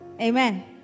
Amen